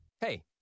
Hey